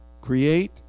Create